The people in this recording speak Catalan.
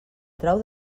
trau